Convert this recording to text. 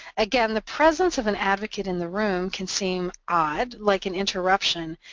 again, the presence of an advocate in the room can seem odd, like an interruption,